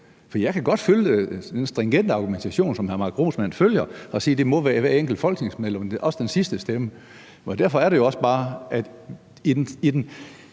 Jeg kan godt følge den stringente argumentation, som hr. Mark Grossmann leverer, når han siger, at det må være op til hvert enkelt folketingsmedlem – også den sidste stemme. Derfor er det også bare, at i den